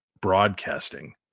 broadcasting